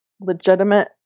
legitimate